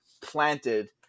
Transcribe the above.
planted